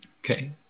Okay